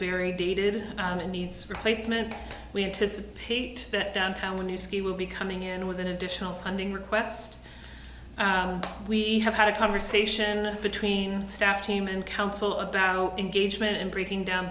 very dated and needs replacement we anticipate that downtown new scheme will be coming in with an additional funding request we have had a conversation between staff team and council about how engagement and breaking down